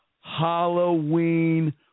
Halloween